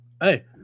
Hey